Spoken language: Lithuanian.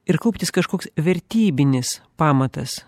ir kauptis kažkoks vertybinis pamatas